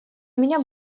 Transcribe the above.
меня